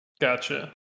Gotcha